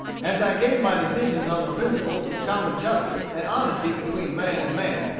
as i gave my decisions on the principles of common justice and honesty between man and man,